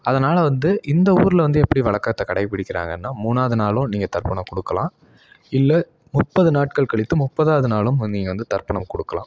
அதனால் வந்து இந்த ஊரில் வந்து எப்படி வழக்கத்த கடைபிடிக்கிறாங்கன்னால் மூணாவுது நாளும் நீங்கள் தர்ப்பணம் கொடுக்கலாம் இல்லை முப்பது நாட்கள் கழித்து முப்பதாவுது நாளும் நீங்கள் வந்து தர்ப்பணம் கொடுக்கலாம்